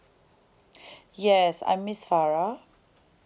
yes I'm miss farah